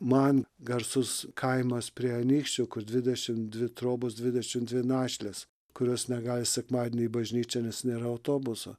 man garsus kainos prie anykščių kur dvidešimt dvi trobos dvidešimt dvi našlės kurios negali sekmadienį į bažnyčią nes nėra autobuso